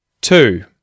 Two